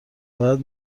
باید